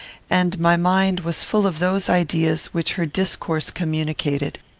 and my mind was full of those ideas which her discourse communicated.